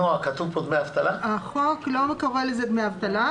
נעה, כתוב פה דמי אבטלה?